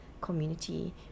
community